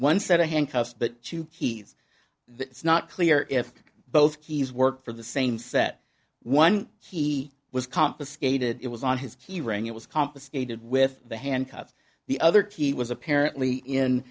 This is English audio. one set of handcuffs but two keys it's not clear if both keys work for the same set one he was confiscated it was on his key ring it was complicated with the handcuffs the other key was apparently in